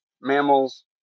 mammals